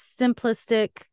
simplistic